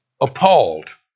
appalled